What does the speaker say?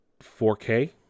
4K